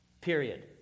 period